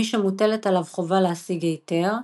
מי שמוטלת עליו חובה להשיג היתר.